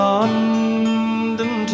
London